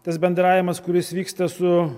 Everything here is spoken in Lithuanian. tas bendravimas kuris vyksta su